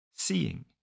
Seeing